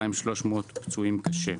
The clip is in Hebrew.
ו-2,300 פצועים קשה.